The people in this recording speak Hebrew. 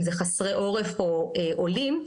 אם זה חסרי עורף או עולים,